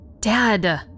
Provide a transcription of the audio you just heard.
Dad